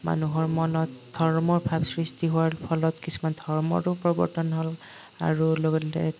মানুহৰ মনত ধৰ্মৰ ভাৱ সৃষ্টি হোৱাৰ ফলত কিছুমান ধৰ্মৰো প্ৰৱৰ্তন হ'ল আৰু লগতে